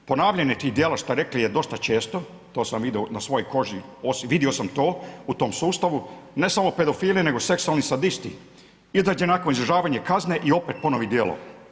Ponavljanje tih djela šta ste rekli je dosta često, to sam vidio na svojoj koži, vidio sam to, u tom sustavu, ne samo pedofili nego seksualni sadisti izađe nakon izležavanja kazne i opet ponovi djelo.